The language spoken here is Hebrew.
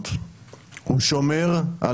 בואו נקריא את